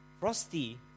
Frosty